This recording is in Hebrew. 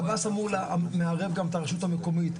הוא מערב גם את הרשות המקומית,